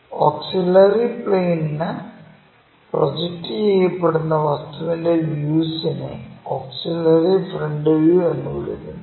auxiliary പ്ലെയിനിലേക്കു project ചെയ്യപ്പെടുന്ന വസ്തുവിന്റെ വ്യൂസിനെ ഓക്സിലറി ഫ്രണ്ട് വ്യൂ എന്ന് വിളിക്കുന്നു